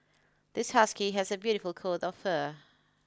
this husky has a beautiful coat of fur